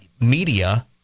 media